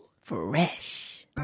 Fresh